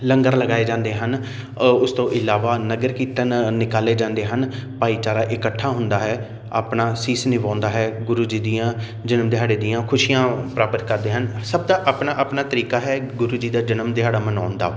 ਲੰਗਰ ਲਗਾਏ ਜਾਂਦੇ ਹਨ ਉਸ ਤੋਂ ਇਲਾਵਾ ਨਗਰ ਕੀਰਤਨ ਨਿਕਾਲੇ ਜਾਂਦੇ ਹਨ ਭਾਈਚਾਰਾ ਇਕੱਠਾ ਹੁੰਦਾ ਹੈ ਆਪਣਾ ਸੀਸ ਨਿਵਾਉਂਦਾ ਹੈ ਗੁਰੂ ਜੀ ਦੀਆਂ ਜਨਮ ਦਿਹਾੜੇ ਦੀਆਂ ਖੁਸ਼ੀਆਂ ਪ੍ਰਾਪਤ ਕਰਦੇ ਹਨ ਸਭ ਦਾ ਆਪਣਾ ਆਪਣਾ ਤਰੀਕਾ ਹੈ ਗੁਰੂ ਜੀ ਦਾ ਜਨਮ ਦਿਹਾੜਾ ਮਨਾਉਣ ਦਾ